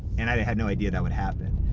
and i had no idea that would happen.